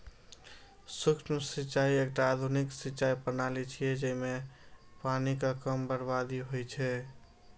सूक्ष्म सिंचाइ एकटा आधुनिक सिंचाइ प्रणाली छियै, जइमे पानिक कम बर्बादी होइ छै